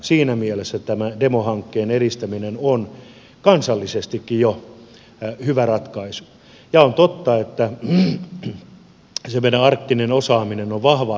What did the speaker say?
siinä mielessä tämä demohankkeen edistäminen on kansallisestikin jo hyvä ratkaisu ja on totta että se meidän arktinen osaaminen on vahvaa tällä alueella